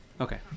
okay